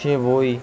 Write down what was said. সে বই